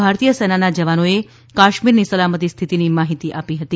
ભારતીય સેનાના જવાનોએ કાશ્મીરની સલામતી સ્થિતિની માહિતી આપી હતી